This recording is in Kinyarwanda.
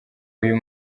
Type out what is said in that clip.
uyu